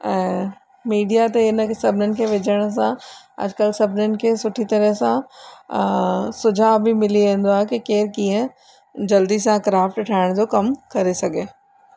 ऐं मीडिया ते हिनखे सभिनिनि खे विझण सां अॼुकल्ह सभिनिनि खे सुठी तरह सां सुझाव बि मिली वेंदो आहे की केर कीअं जल्दी सां क्राफ्ट ठाहिण जो कमु करे सघे